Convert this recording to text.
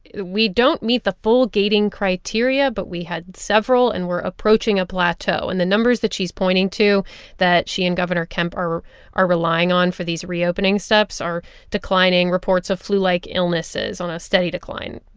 we don't meet the full gating criteria, but we had several, and we're approaching a plateau. and the numbers that she's pointing to that she and gov. and kemp are are relying on for these reopening steps are declining reports of flu-like illnesses on a steady decline,